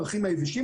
הפרחים היבשים,